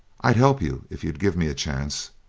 i'd help you if you'd give me a chance,